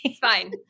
Fine